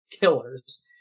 killers